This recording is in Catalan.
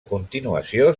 continuació